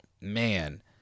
man